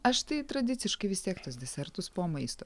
aš tai tradiciškai vis tiek tuos desertus po maisto